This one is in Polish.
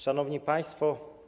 Szanowni Państwo!